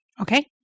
Okay